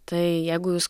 tai jeigu jūs